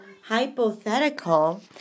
hypothetical